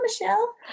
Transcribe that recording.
Michelle